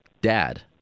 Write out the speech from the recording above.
dad